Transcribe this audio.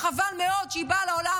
חבל מאוד שהיא באה לעולם.